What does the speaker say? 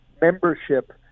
membership